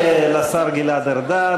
תודה לשר גלעד ארדן.